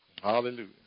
Hallelujah